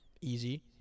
easy